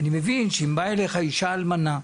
אני מבין שאם באה אליך אישה אלמנה,